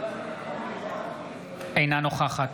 אינה נוכחת